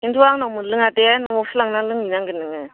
किन्तु आंनाव मोनलोङा दे न'आवसो लांनानै लोंहैनांगोन नोङो